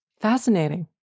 Fascinating